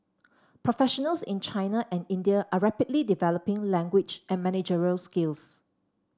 professionals in China and India are rapidly developing language and managerial skills